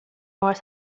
more